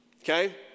okay